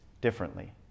differently